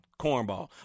cornball